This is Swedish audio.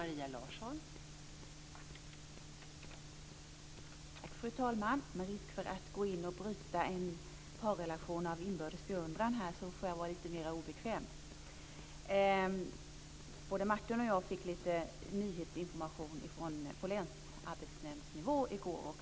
Fru talman! Med risk för att gå in här och bryta en parrelation av inbördes beundran får jag vara lite mer obekväm. Både Martin och jag fick lite nyhetsinformation på länsarbetsnämndsnivå i går.